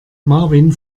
marvin